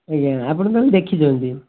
ଆଜ୍ଞା ଆପଣ ତା'ହେଲେ ଦେଖିଛନ୍ତି